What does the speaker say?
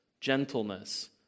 gentleness